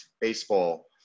baseball